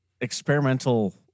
experimental